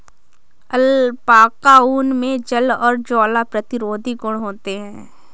alpaca ऊन मे जल और ज्वाला प्रतिरोधी गुण होते है